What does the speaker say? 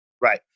Right